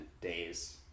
days